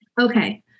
Okay